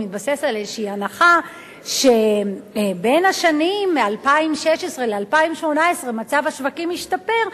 זה מתבסס על הנחה כלשהי שבשנים 2016 2018 מצב השווקים ישתפר,